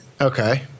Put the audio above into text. okay